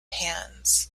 pans